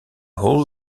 hall